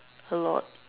a lot